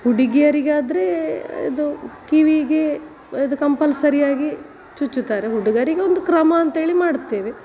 ಹುಡುಗಿಯರಿಗಾದರೆ ಇದು ಕಿವಿಗೆ ಇದು ಕಂಪಲ್ಸರಿ ಆಗಿ ಚುಚ್ಚುತ್ತಾರೆ ಹುಡುಗರಿಗೆ ಒಂದು ಕ್ರಮ ಅಂತ್ಹೇಳಿ ಮಾಡ್ತೇವೆ